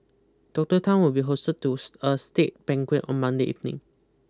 Doctor Tan will be hosted tooth a state banquet on Monday evening